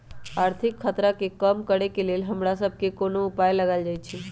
आर्थिक खतरा के कम करेके लेल हमरा सभके कोनो उपाय लगाएल जाइ छै